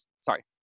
sorry